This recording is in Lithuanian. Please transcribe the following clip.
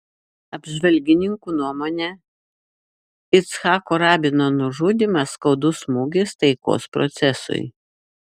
apžvalgininkų nuomone icchako rabino nužudymas skaudus smūgis taikos procesui